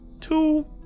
two